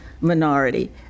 minority